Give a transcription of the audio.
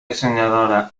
diseñadora